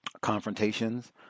confrontations